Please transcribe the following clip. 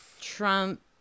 Trump